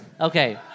Okay